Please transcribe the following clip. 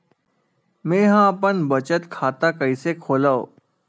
मेंहा अपन बचत खाता कइसे खोलव?